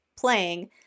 playing